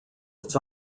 its